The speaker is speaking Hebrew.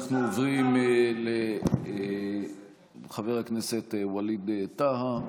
מכאן אנחנו עוברים לחבר הכנסת ווליד טאהא,